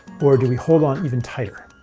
or do we hold on even tighter?